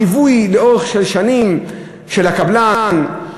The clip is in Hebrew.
ליווי לאורך שנים של הקבלן,